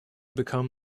become